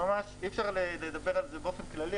אי אפשר לדבר על זה באופן כללי,